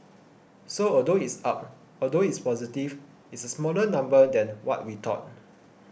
so although it's up although it's positive it's a smaller number than what we thought